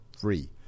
free